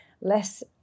less